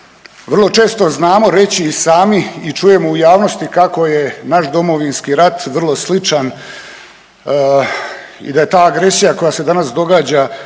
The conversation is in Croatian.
Vrlo često znam reći i sami i čujemo u javnosti kako je naš Domovinski rat vrlo sličan i da je ta agresija koja se danas događa